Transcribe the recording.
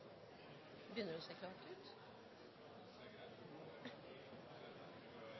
begynner å